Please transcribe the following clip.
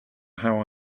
how